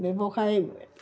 ব্যৱসায়